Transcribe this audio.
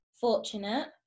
fortunate